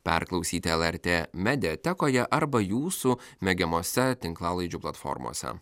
perklausyti lrt mediatekoje arba jūsų mėgiamose tinklalaidžių platformose